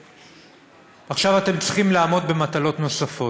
עכשיו אתם צריכים לעמוד במטלות נוספות.